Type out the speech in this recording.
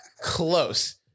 Close